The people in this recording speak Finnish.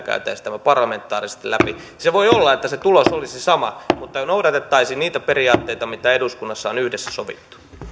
käytäisiin tämä parlamentaarisesti läpi voi olla että se tulos olisi sama mutta noudatettaisiin niitä periaatteita mitä eduskunnassa on yhdessä sovittu